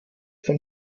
von